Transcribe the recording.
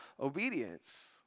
obedience